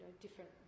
different